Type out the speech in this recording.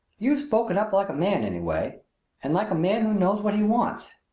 you've spoken up like a man, anyway and like a man who knows what he wants.